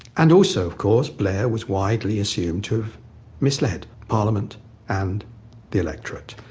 and also of course, blair was widely assumed to have misled parliament and the electorate.